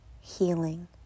healing